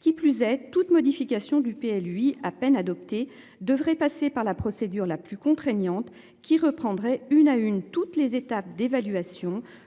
Qui plus est, toute modification du lui à peine adoptée devrait passer par la procédure la plus contraignante qui reprendrait une à une toutes les étapes d'évaluation de concertation